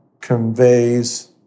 conveys